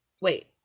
wait